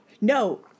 No